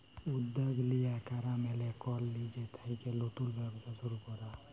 উদ্যগ লিয়ে ক্যরা মালে কল লিজে থ্যাইকে লতুল ব্যবসা শুরু ক্যরা